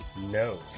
no